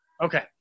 Okay